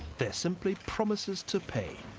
they're simply promises to pay,